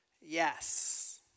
Yes